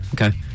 Okay